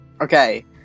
Okay